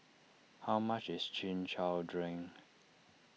how much is Chin Chow Drink